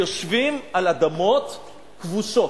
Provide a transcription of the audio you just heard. שיושבים על אדמות כבושות.